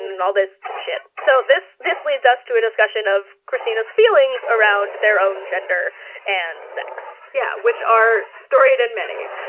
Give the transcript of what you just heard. and and all this shit. so this this leads us to a discussion of kristina's feelings around their own gender and sex. v yeah, which are stored and many.